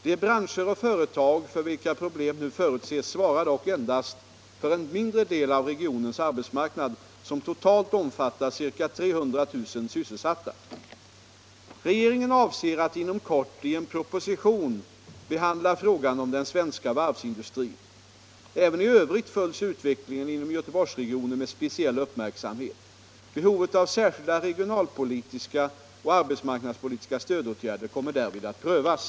De branscher och företag för vilka problem nu förutses svarar dock endast för en mindre del av regionens arbetsmarknad, som totalt omfattar ca 300 000 sysselsatta. Regeringen avser att inom kort i en proposition behandla frågan om den svenska varvsindustrin. Även i övrigt följs utvecklingen inom Göteborgsregionen med speciell uppmärksamhet. Behovet av särskilda regionalpolitiska och arbetsmarknadspolitiska stödåtgärder kommer därvid att prövas.